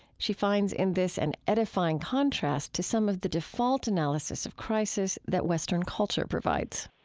she finds in this an edifying contrast to some of the default analysis of crisis that western culture provides